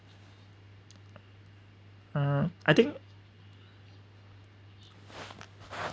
uh I think